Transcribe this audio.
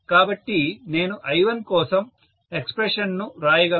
కాబట్టి నేను I1 కోసం ఎక్స్ప్రెషన్ ను వ్రాయగలను